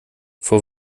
vor